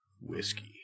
Whiskey